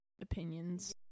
opinions